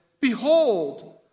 Behold